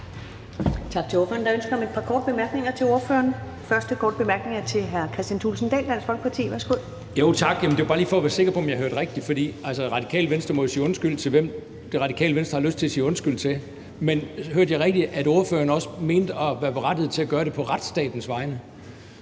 Tak til ordføreren. Der er ønske om et par korte bemærkninger til ordføreren. Første korte bemærkning er til hr. Kristian Thulesen Dahl, Dansk Folkeparti. Værsgo. Kl. 13:35 Kristian Thulesen Dahl (DF): Tak. Det er bare lige for at være sikker på, at jeg hørte rigtigt. Altså, Radikale Venstre må jo sige undskyld til hvem, Det Radikale Venstre har lyst til at sige undskyld til; men hørte jeg rigtigt, at ordføreren også mente at være berettiget til at gøre det på retsstatens vegne,